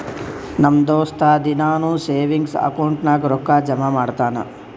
ನಮ್ ದೋಸ್ತ ದಿನಾನೂ ಸೇವಿಂಗ್ಸ್ ಅಕೌಂಟ್ ನಾಗ್ ರೊಕ್ಕಾ ಜಮಾ ಮಾಡ್ತಾನ